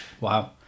Wow